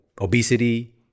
obesity